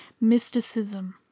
mysticism